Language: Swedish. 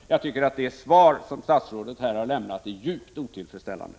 Jag tycker att det svar som statsrådet här har lämnat är djupt otillfredsställande.